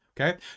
Okay